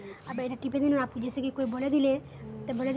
गांउर बुजुर्गक एन.पी.एस खाता मुफ्तत खुल छेक